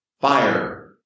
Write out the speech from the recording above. Fire